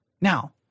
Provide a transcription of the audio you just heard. Now